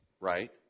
right